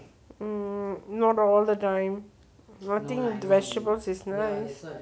not all the time nothing in the vegetables is nice